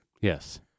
Yes